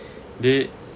they